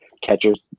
catchers